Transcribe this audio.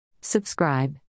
Subscribe